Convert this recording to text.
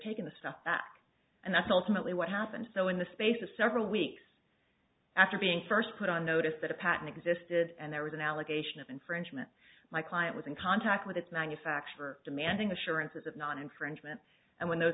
taking the stuff back and that's ultimately what happened so in the space of several weeks after being first put on notice that a patent existed and there was an allegation of infringement my client was in contact with its manufacturer demanding assurances of not infringement and w